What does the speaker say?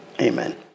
Amen